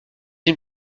une